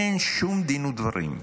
אין שום דין ודברים.